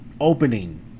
opening